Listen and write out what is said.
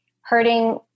hurting